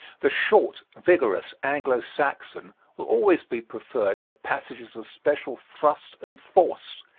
the short, vigorous anglo-saxon will always be preferred for passages of special thrust and force,